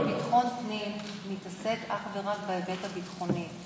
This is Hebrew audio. ביטחון פנים מסתכל אך ורק בהיבט הביטחוני,